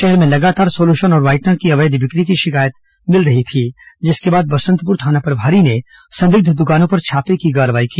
शहर में लगातार सोलुशन और वाइटनर की अवैध बिक्री की शिकायत मिल रही थी जिसके बाद बसंतपुर थाना प्रभारी ने संदिग्ध दुकानों पर छापे की कार्रवाई की